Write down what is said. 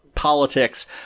politics